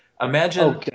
imagine